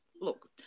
Look